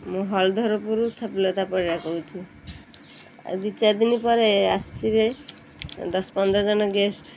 ମୁଁ ହଲଧରପୁର ଛବିଲତା ପରିଡ଼ା କହୁଛି ଆଉ ଦୁଇ ଚାରିଦିନ ପରେ ଆସିବେ ଦଶ ପନ୍ଦର ଜଣ ଗେଷ୍ଟ